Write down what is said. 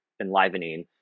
enlivening